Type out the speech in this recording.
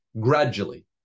gradually